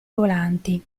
volanti